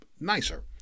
nicer